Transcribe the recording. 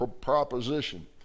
proposition